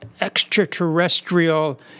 extraterrestrial